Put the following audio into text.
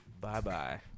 Bye-bye